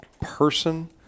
person